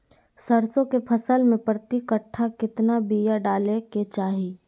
सरसों के फसल में प्रति कट्ठा कितना बिया डाले के चाही?